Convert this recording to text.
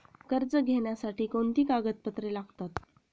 कर्ज घेण्यासाठी कोणती कागदपत्रे लागतात?